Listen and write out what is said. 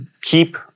Keep